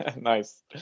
Nice